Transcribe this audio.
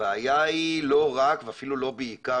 הבעיה היא לא רק ואפילו לא בעיקר,